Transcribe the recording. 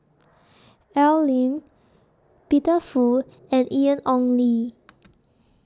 Al Lim Peter Fu and Ian Ong Li